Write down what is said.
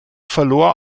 verlor